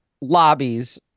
lobbies